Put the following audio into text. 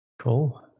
Cool